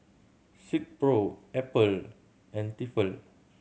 Silkpro Apple and Tefal